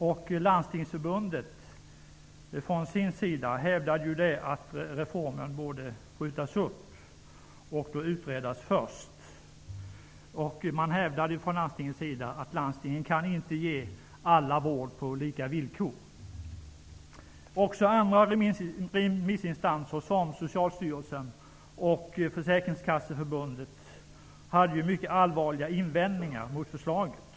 Från Landstingsförbundets sida hävdar man att reformen borde skjutas upp för att först utredas. Det hävdades också att landstingen inte kan ge alla vård på lika villkor. Också andra remissinstanser, såsom Socialstyrelsen och Försäkringskasseförbundet riktade mycket allvarliga invändningar mot förslaget.